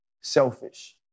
selfish